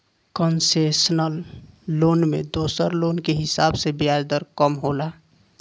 concessional loan में दोसर loan के हिसाब से ब्याज दर कम होला